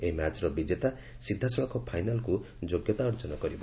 ଏହି ମ୍ୟାଚ୍ର ବିଜେତା ସିଧଳସଳଖ ଫାଇନାଲ୍କୁ ଯୋଗ୍ୟତା ଅର୍ଜନ କରିବ